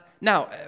Now